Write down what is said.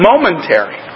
momentary